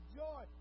joy